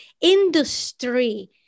industry